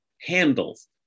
handles